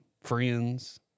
Friends